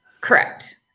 correct